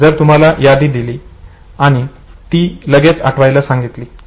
जर तुम्हाला यादी दिली आणि ती लगेच आठवायला सांगितली